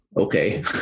okay